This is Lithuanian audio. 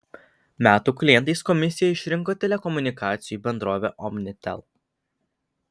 metų klientais komisija išrinko telekomunikacijų bendrovę omnitel